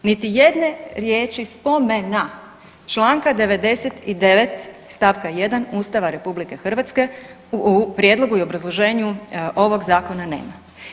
Niti jedne riječi spomena Članka 99. stavka 1. Ustava RH u prijedlogu i obrazloženju ovog zakona nema.